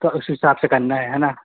तो उस हिसाब से करना है है ना